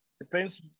depends